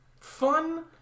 fun